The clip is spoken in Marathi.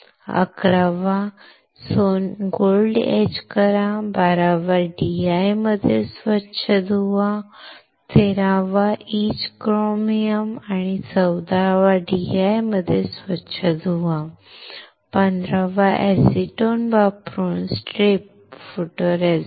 अकरावा इच सोने बारावा DI मध्ये स्वच्छ धुवा तेरावा इच क्रोमियम चौदावा DI मध्ये स्वच्छ धुवा पंधरावा एसीटोन वापरून स्ट्रिप फोटोरेसिस्ट